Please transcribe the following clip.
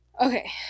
okay